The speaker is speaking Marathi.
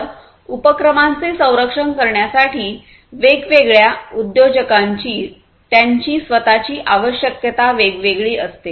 तर उपक्रमांचे संरक्षण करण्यासाठी वेगवेगळ्या उद्योजकांची त्यांची स्वतःची आवश्यकता वेगवेगळी असते